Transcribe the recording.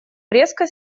резко